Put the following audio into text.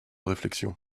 réflexion